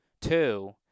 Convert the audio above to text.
two